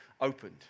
opened